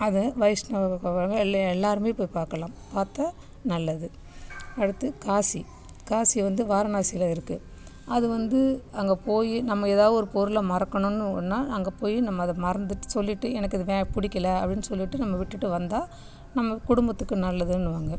அது வைஷ்ண எல்ல எல்லாேருமே போய் பார்க்கலாம் பார்த்தா நல்லது அடுத்து காசி காசி வந்து வாரணாசியில் இருக்குது அது வந்து அங்கே போய் நம்ம ஏதாவது ஒரு பொருளை மறக்கணும்னு இன்னா அங்கே போய் நம்ம அதை மறந்துவிட்டு சொல்லிட்டு எனக்கு அது வே பிடிக்கல அப்படின்னு சொல்லிட்டு நம்ம விட்டுவிட்டு வந்தால் நம்ம குடும்பத்துக்கு நல்லதுன்னுவாங்க